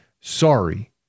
Sorry